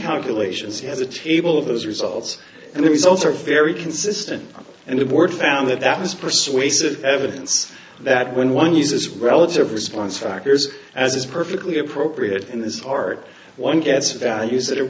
calculations he has a table of those results and the results are very consistent and the board found that that is persuasive evidence that when one uses relative response factors as is perfectly appropriate in this art one gets values that are